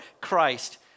Christ